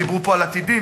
דיברו פה על "עתידים",